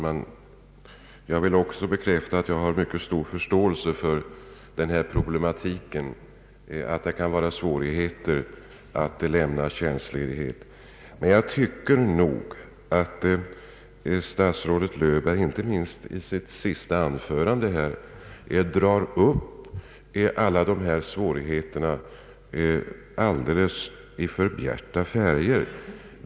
Herr talman! Jag vill bekräfta att jag hyser mycket stor förståelse för att svårigheter kan uppstå när det gäller att lämna tjänstledighet, men jag tycker att statsrådet Löfberg — inte minst i sitt senaste anförande — har målat upp dessa svårigheter i alldeles för bjärta färger.